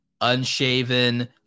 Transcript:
unshaven